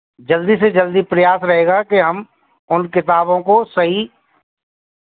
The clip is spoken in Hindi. जल्दी से जल्दी प्रयास रहेगा कि हम उन किताबों को सही